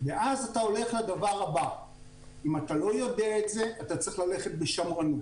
אם אתה לא יודע את זה אתה צריך ללכת בשמרנות.